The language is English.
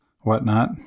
whatnot